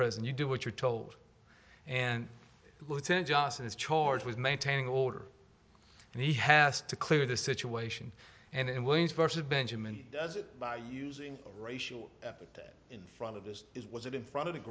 prison you do what you're told and lieutenant johnson is charged with maintaining order and he has to clear the situation and in williams vs benjamin does it by using a racial epithet in front of this was it in front of the